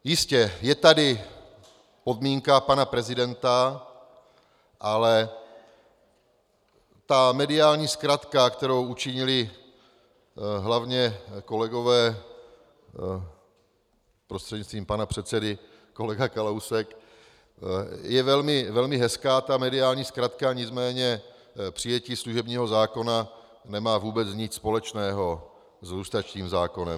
Jistě, je tady podmínka pana prezidenta, ale ta mediální zkratka, kterou učinili hlavně kolegové, prostřednictvím pana předsedy kolega Kalousek, je velmi hezká ta mediální zkratka, nicméně přijetí služebního zákona nemá vůbec nic společného s lustračním zákonem.